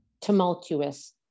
tumultuous